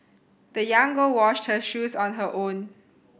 the young girl washed her shoes on her own